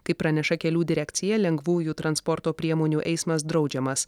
kaip praneša kelių direkcija lengvųjų transporto priemonių eismas draudžiamas